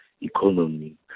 economy